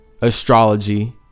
astrology